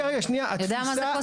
אתה יודע מה זה?